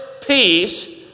peace